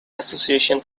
association